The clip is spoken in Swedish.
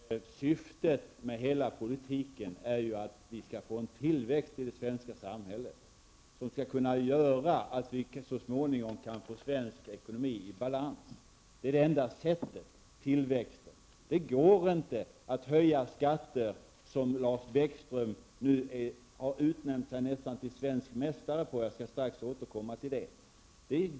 Fru talman! Syftet med hela politiken är ju att det skall bli en tillväxt i det svenska samhället som skall kunna bidra till att vi så småningom kan få svensk ekonomi i balans. Tillväxt är det enda sättet. Det går inte att bara höja skatter, som Lars Bäckström nästan har utnämnt sig till svensk mästare på -- jag skall återkomma till det.